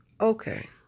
Okay